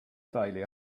failure